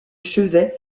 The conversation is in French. chevet